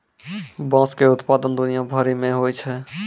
बाँस के उत्पादन दुनिया भरि मे होय छै